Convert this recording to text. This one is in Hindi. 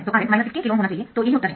तो Rm 16 KΩ होना चाहिए तो यही उत्तर है